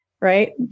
right